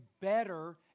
better